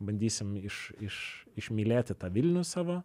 bandysim iš iš išmylėti tą vilnių savo